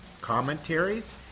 commentaries